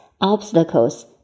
obstacles